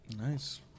Nice